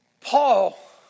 Paul